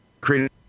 created